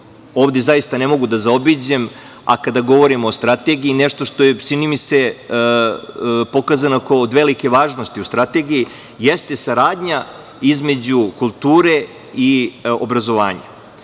ovde zaista ne mogu da zaobiđem, a kada govorimo o Strategiji, nešto što je, čini mi se, pokazano od velike važnosti u Strategiji, jeste saradnja između kulture i obrazovanja.